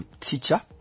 teacher